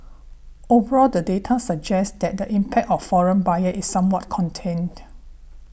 overall the data suggests that the impact of foreign buyer is somewhat contained